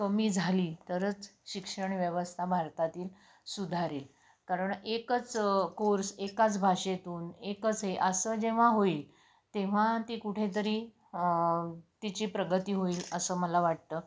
कमी झाली तरच शिक्षण व्यवस्था भारतातील सुधारेल कारण एकच कोर्स एकाच भाषेतून एकच हे असं जेव्हा होईल तेव्हा ते कुठेतरी तिची प्रगती होईल असं मला वाटतं